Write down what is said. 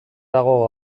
dago